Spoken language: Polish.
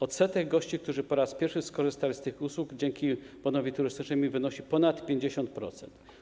Odsetek gości, którzy po raz pierwszy skorzystali z tych usług dzięki bonowi turystycznemu, wyniósł ponad 50%.